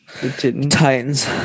Titans